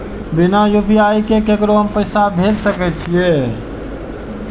बिना यू.पी.आई के हम ककरो पैसा भेज सके छिए?